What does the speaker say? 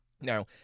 Now